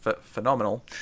phenomenal